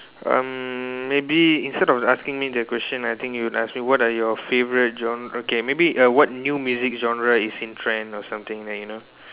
um maybe instead of asking me that question I think you can ask me what are your favourite genre okay maybe err what new music genre is in trend or something like you know